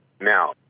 Now